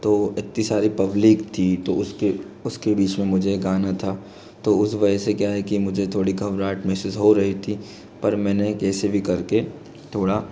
तो इतनी सारी पब्लिक थी तो उसके उसके बीच में मुझे गाना था तो उस वजह से क्या है कि मुझे थोड़ी घबराहट मेहसूस हो रही थी पर मैंने कैसे भी कर के थोड़ा